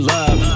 Love